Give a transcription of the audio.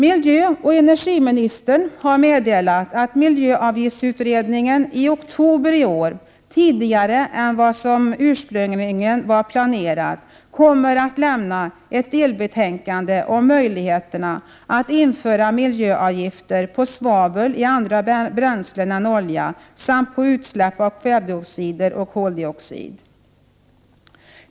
Miljöoch energiministern har meddelat att miljöavgiftsutredningen i oktober i år, tidigare än vad som ursprungligen var planerat, kommer att lämna ett delbetänkande om möjligheterna att införa miljöavgifter på svavel i andra bränslen än olja samt på utsläpp av kväveoxider och koldioxid.